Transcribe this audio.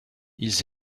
ils